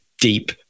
deep